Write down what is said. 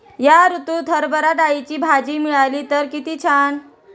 या ऋतूत हरभरा डाळीची भजी मिळाली तर कित्ती छान